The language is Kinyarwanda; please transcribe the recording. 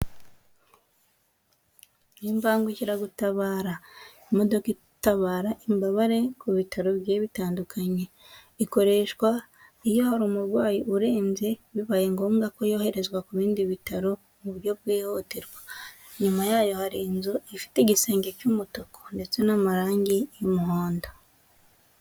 Ni imbangukiragutabara, imodoka itabara imbabare ku bitaro bigiye bitandukanye, ikoreshwa iyo hari umurwayi urembye, bibaye ngombwa ko yoherezwa ku bindi bitaro mu buryo bwihutirwa, inyuma yayo hari inzu ifite igisenge cy'umutuku ndetse n'amarangi y'umuhondo.